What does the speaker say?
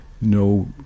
no